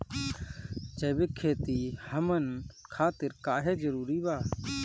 जैविक खेती हमन खातिर काहे जरूरी बा?